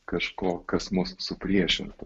kažko kas mus supriešintų